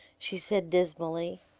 she said dismally.